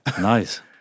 Nice